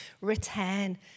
Return